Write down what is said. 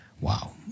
Wow